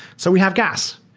so we have gas.